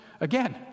again